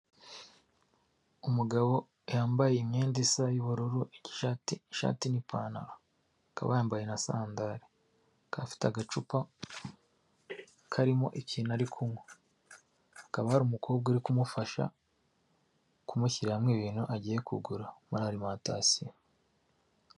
Umugabo wambaye imyenda isa y'ubururu ishati n'ipantaro, akaba yambaye na sandali, akaba afite agacupa karimo ikintu hari akaba ari umukobwa uri kumufasha kumushyiramo ibintu agiye kugura muri alimantasiyo